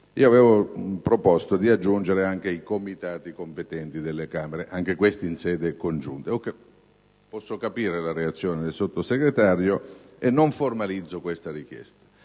Io avevo proposto di aggiungere anche i Comitati competenti delle Camere, anche questi in sede congiunta. Posso capire la reazione del sottosegretario Mantica, e quindi non formalizzo tale richiesta;